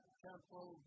temple